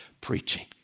preaching